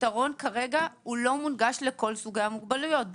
הפתרון כרגע בעצם לא מונגש לכל סוגי המוגבלויות,